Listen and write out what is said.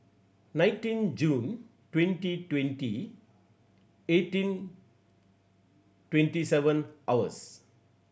nineteen June twenty twenty eighteen twenty seven hours